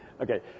Okay